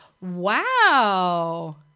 wow